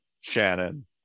Shannon